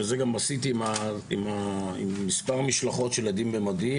ואת זה גם עשיתי עם מספר משלחות של "עדים במדים",